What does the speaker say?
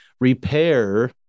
repair